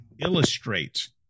illustrate